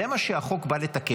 זה מה שהחוק בא לתקן.